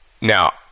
Now